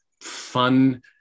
fun